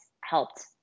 helped